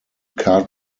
card